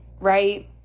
right